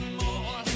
more